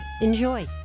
Enjoy